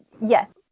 yes